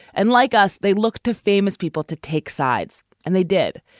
and like us, they look to famous people to take sides and they did.